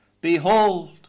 Behold